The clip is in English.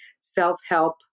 self-help